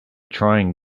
trying